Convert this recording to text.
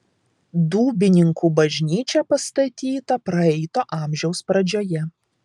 dūbininkų bažnyčia pastatyta praeito amžiaus pradžioje